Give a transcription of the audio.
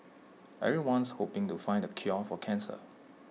everyone's hoping to find the cure for cancer